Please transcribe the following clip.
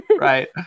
right